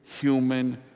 human